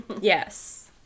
Yes